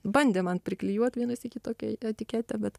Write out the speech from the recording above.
bandė man priklijuot vieną sykį tokią etiketę bet